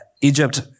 Egypt